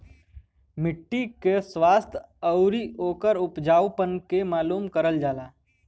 मट्टी के स्वास्थ्य आउर ओकरे उपजाऊपन के मालूम करल जाला